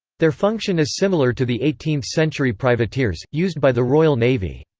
their function is similar to the eighteenth century privateers, used by the royal navy.